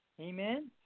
Amen